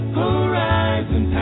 horizon